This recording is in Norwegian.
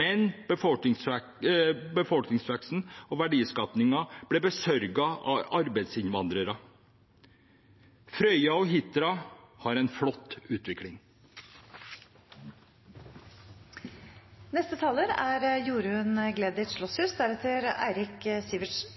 men befolkningsveksten og verdiskapingen ble besørget av arbeidsinnvandrere. Frøya og Hitra har en flott utvikling. Kristelig Folkeparti mener det er